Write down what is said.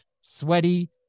sweaty